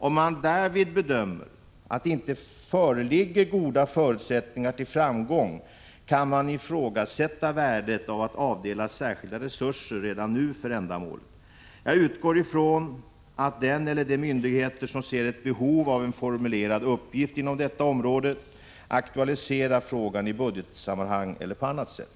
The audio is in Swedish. Om det därvid bedöms att det inte föreligger goda förutsättningar att nå framgång, kan man ifrågasätta värdet av att vi redan nu skulle avdela särskilda resurser för ändamålet. Jag utgår från att den myndighet eller de myndigheter som ser ett behov av en formulerad uppgift inom detta område aktualiserar frågan i budgetsammanhang eller på annat sätt.